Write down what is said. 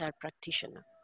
practitioner